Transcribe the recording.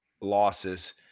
losses